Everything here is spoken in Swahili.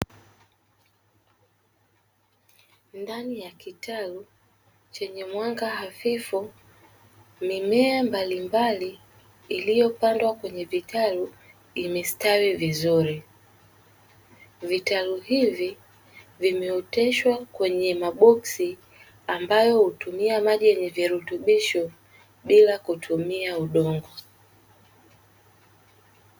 Ndani ya kitaru chenye mwanga hafifu, mimea mbalimbali iliyo upande wa kwenye vitaru imestawi vizuri, vitaru hivi vimeoteshwa kwenye maboksi ambayo hutumia maji yenye virutubisho bila kutumia udongo.